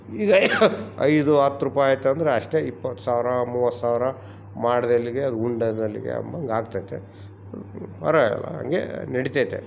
ಈಗ ಐದು ಹತ್ತು ರೂಪೈ ಆಯ್ತಂದರೆ ಅಷ್ಟೇ ಇಪ್ಪತ್ತು ಸಾವಿರ ಮೂವತ್ತು ಸಾವಿರ ಮಾಡಿದಲ್ಲಿಗೆ ಅದು ಉಂಡಗಲ್ಲಿಗೆ ಅಂಬಂಗ್ ಆಗ್ತತೆ ಆರೆ ಹಂಗೆ ನಡಿತತೆ